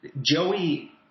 Joey